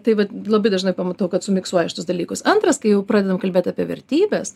tai vat labai dažnai pamatau kad sumiksuoja šitus dalykus antras kai jau pradedam kalbėt apie vertybes